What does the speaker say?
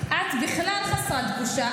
את בכלל חסרת בושה,